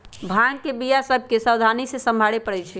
भांग के बीया सभ के सावधानी से सम्हारे परइ छै